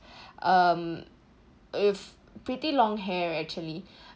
um with pretty long hair actually